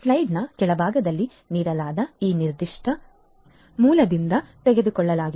ಸ್ಲೈಡ್ನ ಕೆಳಭಾಗದಲ್ಲಿ ನೀಡಲಾದ ಈ ನಿರ್ದಿಷ್ಟ ಮೂಲದಿಂದ ಇದನ್ನು ತೆಗೆದುಕೊಳ್ಳಲಾಗಿದೆ